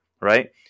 right